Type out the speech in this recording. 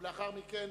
ולאחר מכן,